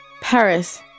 Paris